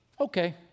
okay